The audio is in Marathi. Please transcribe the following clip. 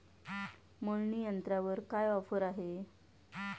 मळणी यंत्रावर काय ऑफर आहे?